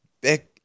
back